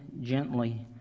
gently